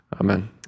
Amen